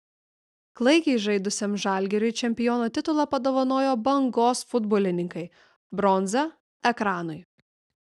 klaikiai žaidusiam žalgiriui čempiono titulą padovanojo bangos futbolininkai bronza ekranui